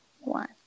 one